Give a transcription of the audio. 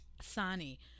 Sani